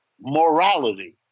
morality